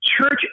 Church